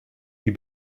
die